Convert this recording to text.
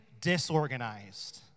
disorganized